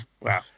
Wow